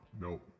Nope